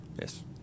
Yes